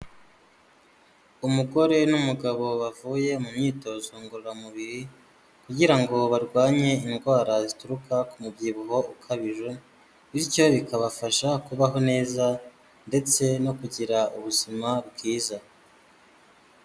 Umugore n'umugabo bavuye mu myitozo ngororamubiri, kugira ngo barwanye indwara zituruka ku mubyibuho ukabije, bityo bikabafasha kubaho neza, ndetse no kugira ubuzima bwiza.